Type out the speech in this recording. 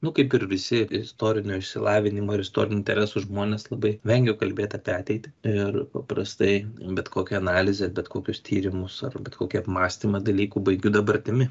nu kaip ir visi istorinio išsilavinimo ir istorinių interesų žmonės labai vengiu kalbėt apie ateitį ir paprastai bet kokią analizę bet kokius tyrimus ar bet kokį apmąstymą dalykų baigiu dabartimi